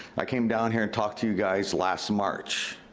i came down her and talked to you guys last march.